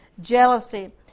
Jealousy